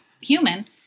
human